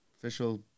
official